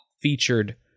featured